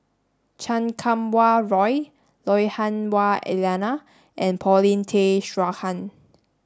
Chan Kum Wah Roy Lui Hah Wah Elena and Paulin Tay Straughan